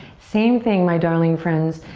same thing, my darling friends.